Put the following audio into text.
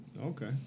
Okay